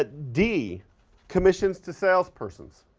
ah d commissions to salespersons.